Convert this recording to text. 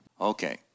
Okay